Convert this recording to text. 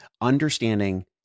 understanding